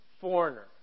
foreigner